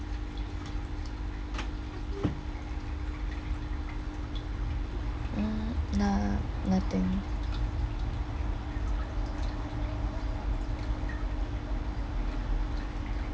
mm nah nothing